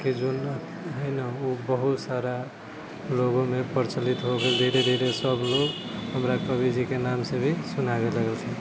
के जौन हइ ने ओ बहुत सारा लोकोमे प्रचलित हो गेल धीरे धीरे सबलोग हमरा कविजीके नामसँ भी सुनाबै लगलखिन